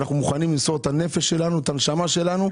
אנחנו מוכנים למסור את הנפש שלנו, את הנשמה שלנו.